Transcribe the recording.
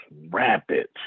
rapid